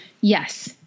Yes